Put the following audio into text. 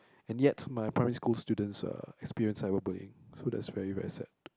and yet my poly school student uh experience cyber bullying so that's very very sad